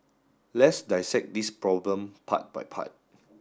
let's dissect this problem part by part